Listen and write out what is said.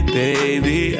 baby